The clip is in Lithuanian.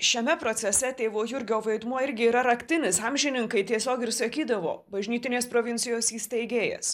šiame procese tėvo jurgio vaidmuo irgi yra raktinis amžininkai tiesiog ir sakydavo bažnytinės provincijos įsteigėjas